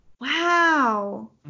Wow